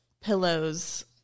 pillows